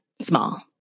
small